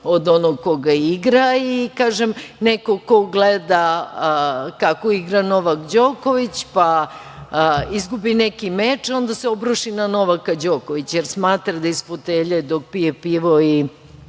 od onog ko ga igra, nekog ko gleda kako igra Novak Đoković, pa izgubi neki meč, onda se obruši na Novaka Đokovića jer smatra da iz fotelje dok pije pivo i